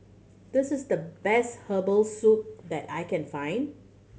this is the best herbal soup that I can find